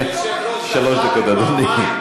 שלוש דקות, אדוני.